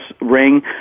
ring